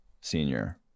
senior